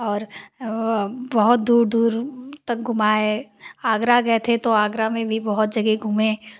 और बहुत दूर दूर तक घुमाए आगरा गये थे तो आगरा में भी बहुत जगह घूमे